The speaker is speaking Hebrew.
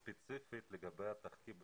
ספציפית לגבי התחקיר,